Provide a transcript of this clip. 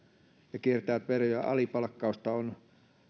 ja kiertävät veroja alipalkkausta on